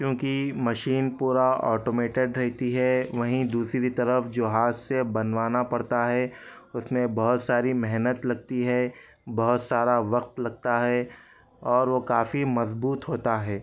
کیونکہ مشین پورا آٹومیٹڈ رہتی ہے وہیں دوسری طرف جو ہاتھ سے بنوانا پڑتا ہے اس میں بہت ساری محنت لگتی ہے بہت سارا وقت لگتا ہے اور وہ کافی مضبوط ہوتا ہے